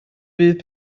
fydd